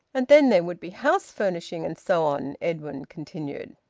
and then there would be house-furnishing, and so on, edwin continued.